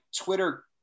Twitter